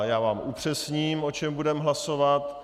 Já vám upřesním, o čem budeme hlasovat.